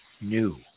new